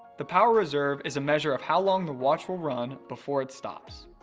the power reserve is a measure of how long the watch will run before it stops.